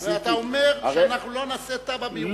אתה אומר שאנחנו לא נעשה תב"ע בירושלים,